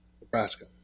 Nebraska